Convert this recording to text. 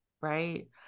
right